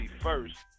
first